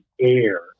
air